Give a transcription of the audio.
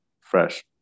fresh